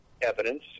evidence